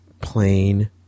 plain